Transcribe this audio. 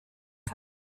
kind